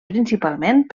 principalment